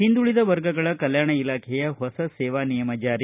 ಹಿಂದುಳದ ವರ್ಗಗಳ ಕಲ್ಕಾಣ ಇಲಾಖೆಯ ಹೊಸ ಸೇವಾ ನಿಯಮ ಜಾರಿ